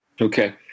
Okay